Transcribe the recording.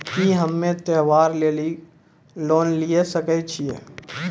की हम्मय त्योहार लेली लोन लिये सकय छियै?